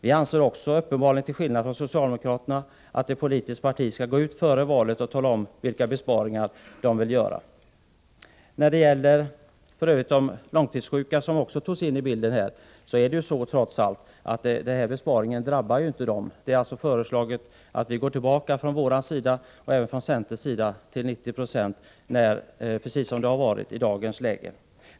Vi anser också, uppenbarligen till skillnad från socialdemokraterna, att ett politiskt parti skall gå ut före valet och tala om vilka besparingar det vill genomföra. De långtidssjuka, som också togs upp i debatten, drabbas trots allt inte. Vi föreslår från vår sida, liksom också centern, att det i fråga om de långtidssjuka lämnas 90 96 ersättning, vilket överensstämmer med förhållandena i dag.